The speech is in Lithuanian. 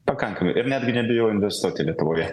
pakankamai ir netgi nebijau investuoti lietuvoje